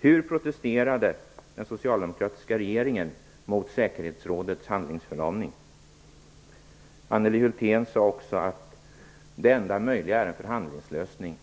Hur protesterade den socialdemokratiska regeringen mot säkerhetsrådets handlingsförlamning? Anneli Hulthén sade vidare att det enda möjliga är en förhandlingslösning.